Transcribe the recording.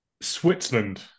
Switzerland